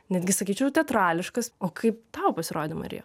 netgi sakyčiau teatrališkas o kaip tau pasirodė marija